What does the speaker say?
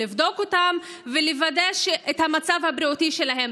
לבדוק אותם ולוודא מה המצב הבריאותי שלהם.